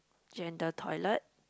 gender toilet